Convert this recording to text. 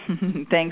Thanks